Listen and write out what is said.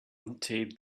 untaped